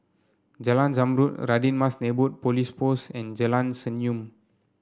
Jalan Zamrud Radin Mas Neighbourhood Police Post and Jalan Senyum